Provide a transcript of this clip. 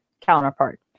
counterpart